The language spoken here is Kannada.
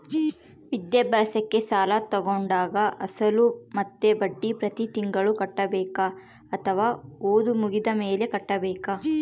ವಿದ್ಯಾಭ್ಯಾಸಕ್ಕೆ ಸಾಲ ತೋಗೊಂಡಾಗ ಅಸಲು ಮತ್ತೆ ಬಡ್ಡಿ ಪ್ರತಿ ತಿಂಗಳು ಕಟ್ಟಬೇಕಾ ಅಥವಾ ಓದು ಮುಗಿದ ಮೇಲೆ ಕಟ್ಟಬೇಕಾ?